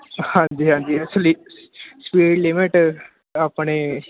ਹਾਂਜੀ ਹਾਂਜੀ ਇਸ ਲਈ ਸਪੀਡ ਲਿਮਿਟ ਆਪਣੇ